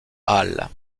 halles